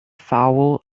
foul